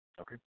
okay